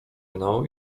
mną